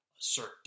assert